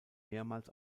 mehrmals